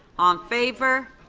on favor?